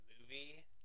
movie